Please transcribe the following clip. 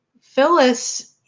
Phyllis